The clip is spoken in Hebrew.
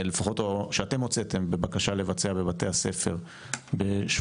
לפחות שאתם הוצאתם בבקשה לבצע בבתי הספר בשבוע